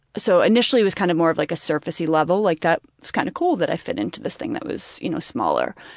so initially it was kind of more of like a surface-y level, like that was kind of cool that i fit into this thing that was, you know, smaller.